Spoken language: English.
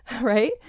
right